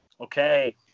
Okay